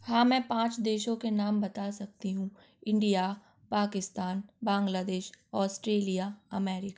हाँ मैं पाँच देशों के नाम बता सकती हूँ India Pakistan Bangladesh Australia America